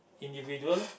individual